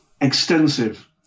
extensive